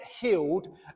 healed